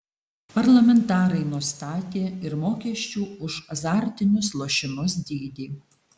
parlamentarai nustatė ir mokesčių už azartinius lošimus dydį